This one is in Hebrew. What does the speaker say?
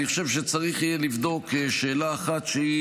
אני חושב שצריך יהיה לבדוק שאלה אחת שהיא